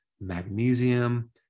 magnesium